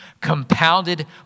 compounded